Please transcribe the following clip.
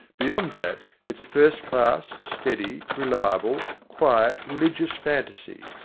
beyond that, it's a first-class, steady, reliable, quiet, religious fantaisie,